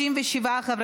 אם יש בקשה לוועדה אחרת,